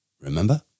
Remember